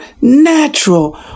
natural